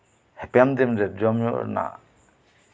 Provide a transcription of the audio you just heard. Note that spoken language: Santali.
ᱦᱟᱯᱮᱱ ᱫᱤᱱᱨᱮ ᱡᱚᱢ ᱧᱩ ᱨᱮᱭᱟᱜ